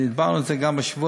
ודיברנו על זה גם השבוע,